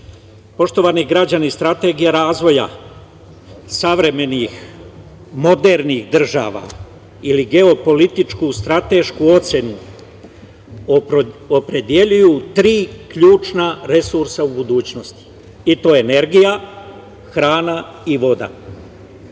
Srbije. Poštovani građani, strategija razvoja savremenih, modernih država ili geopolitičku stratešku ocenu opredeljuju tri ključna resursa u budućnosti, i to energija, hrana i voda.